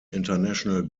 international